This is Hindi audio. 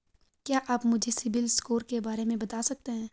क्या आप मुझे सिबिल स्कोर के बारे में बता सकते हैं?